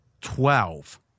Twelve